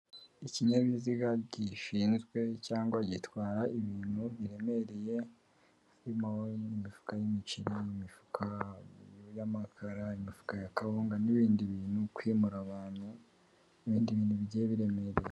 Ikinyabiziga gishinzwe cyangwa gitwara ibintu biremereye, bihimo n'imifuka y'imiceri, imifuka y'amakara, imifuka ya kabunga n'ibindi bintu, kwimura abantu, n'ibindi bintu bigiye biremereye.